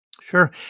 Sure